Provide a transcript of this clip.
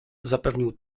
zapewnił